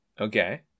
Okay